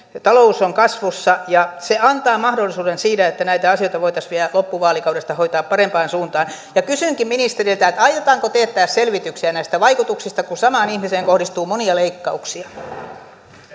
talous on kasvussa ja se antaa mahdollisuuden että näitä asioita voitaisiin vielä loppuvaalikaudesta hoitaa parempaan suuntaan kysynkin ministeriltä aiotaanko teettää selvityksiä näistä vaikutuksista kun samaan ihmiseen kohdistuu monia leikkauksia